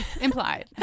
Implied